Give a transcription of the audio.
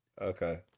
Okay